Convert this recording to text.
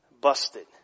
busted